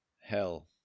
hell